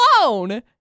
alone